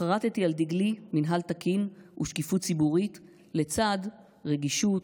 חרתי על דגלי מינהל תקין ושקיפות ציבורית לצד רגישות,